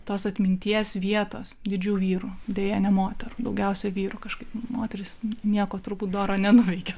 tos atminties vietos didžių vyrų deja ne moterų daugiausiai vyrų kažkaip moterys nieko turbūt doro nenuveikė